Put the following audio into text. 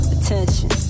Attention